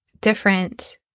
different